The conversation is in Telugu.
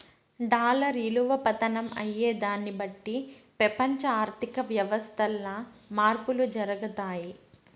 డాలర్ ఇలువ పతనం అయ్యేదాన్ని బట్టి పెపంచ ఆర్థిక వ్యవస్థల్ల మార్పులు జరగతాయి